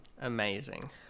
Amazing